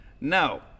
No